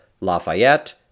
Lafayette